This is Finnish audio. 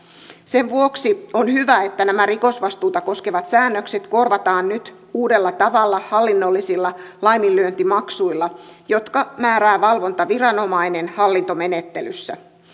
sen vuoksi on hyvä että nämä rikosvastuuta koskevat säännökset korvataan nyt uudella tavalla hallinnollisilla laiminlyöntimaksuilla jotka määrää valvontaviranomainen hallintomenettelyssä